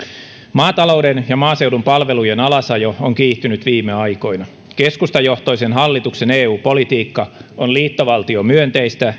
maatalouden ja maaseudun palvelujen alasajo on kiihtynyt viime aikoina keskustajohtoisen hallituksen eu politiikka on liittovaltiomyönteistä